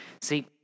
See